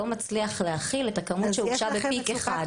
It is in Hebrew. לא מצליח להכיל את הכמות שהוגשה בפיק אחד.